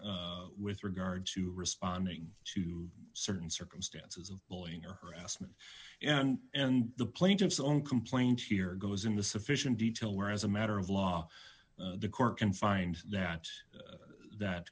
with regard to responding to certain circumstances bullinger harassment and and the plaintiff's own complaint here goes into sufficient detail where as a matter of law the court can find that that